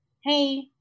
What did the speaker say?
Hey